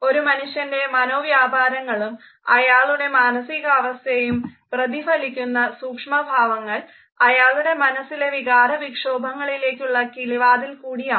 ഒരു മനുഷ്യൻറെ മനോവ്യാപാരങ്ങളും അയാളുടെ മാനസികാവസ്ഥയും പ്രതിഫലിപ്പിക്കുന്ന സൂക്ഷ്മഭാവങ്ങൾ അയാളുടെ മനസ്സിലെ വികാര വിക്ഷോഭങ്ങളിലേക്കുള്ള കിളിവാതിൽക്കൂടിയാണ്